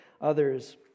others